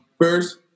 first